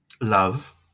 love